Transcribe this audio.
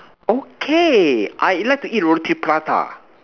okay I like to eat roti prata